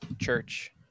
church